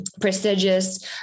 prestigious